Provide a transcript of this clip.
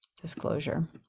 disclosure